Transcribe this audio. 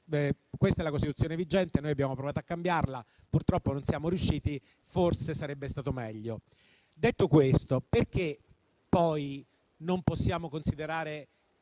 Questa è la Costituzione vigente, noi abbiamo provato a cambiarla e purtroppo non ci siamo riusciti; forse sarebbe stato meglio. Detto questo, perché poi non possiamo considerare